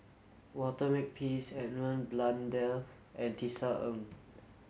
Walter Makepeace Edmund Blundell and Tisa Ng